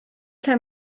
lle